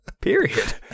Period